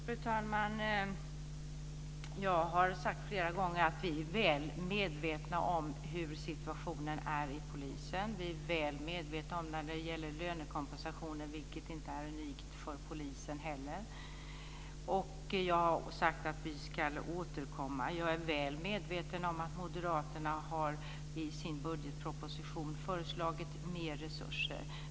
Fru talman! Jag har sagt flera gångar att vi är väl medvetna om hur situationen ser ut hos polisen. Vi är väl medvetna om hur situationen är när det gäller lönekompensationen, och den situationen är inte unik för polisen heller. Jag har sagt att vi ska återkomma. Jag är väl medveten om att Moderaterna har föreslagit mer resurser i sitt budgetförslag.